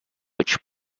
which